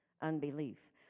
unbelief